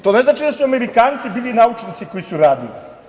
To ne znači da su Amerikanci bili naučnici koji su radili.